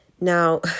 Now